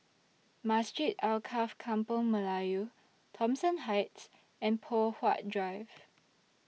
Masjid Alkaff Kampung Melayu Thomson Heights and Poh Huat Drive